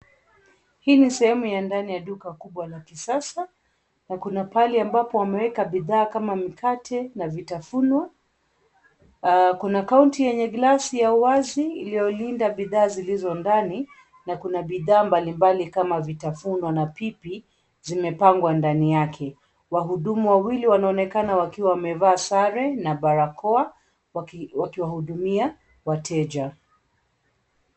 Hii ni sehemu ya ndani ya duka kubwa la kisasa na kuna pahali ambapo wameweka bidhaa kama mikate na vitafunwa. Kuna kaunti yenye glasi ya wazi, iliyolinda bidhaa zilizo ndani na kuna bidhaa mbalimbali kama vitafuno na pipi zimepangwa ndani yake. Wahudumu wawili wanaonekana wakiwa wamevaa sare na barakoa wakiwahudumia wateja.